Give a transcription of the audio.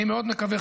אני מאוד מקווה,